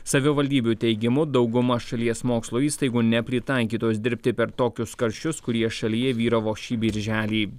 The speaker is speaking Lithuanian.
savivaldybių teigimu dauguma šalies mokslo įstaigų nepritaikytos dirbti per tokius karščius kurie šalyje vyravo šį birželį